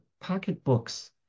pocketbooks